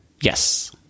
Yes